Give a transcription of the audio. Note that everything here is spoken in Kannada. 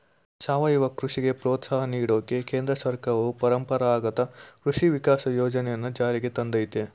ಸಾವಯವ ಕೃಷಿಗೆ ಪ್ರೋತ್ಸಾಹ ನೀಡೋಕೆ ಕೇಂದ್ರ ಸರ್ಕಾರವು ಪರಂಪರಾಗತ ಕೃಷಿ ವಿಕಾಸ ಯೋಜನೆನ ಜಾರಿಗ್ ತಂದಯ್ತೆ